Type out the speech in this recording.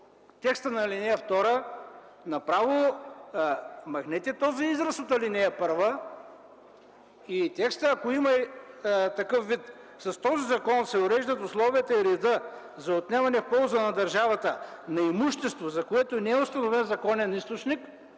текста на ал. 2, направо махнете този израз от ал. 1 и ако текстът има такъв вид: „с този закон се уреждат условията и редът за отнемане в полза на държавата на имущество, за което не е установено законен източник”,